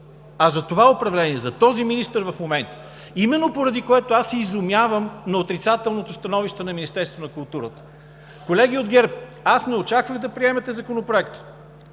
а за това управление, за този министър в момента! Именно поради това аз се изумявам на отрицателното становище на Министерството на културата. Колеги от ГЕРБ, аз не очаквах да приемете Законопроекта,